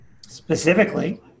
specifically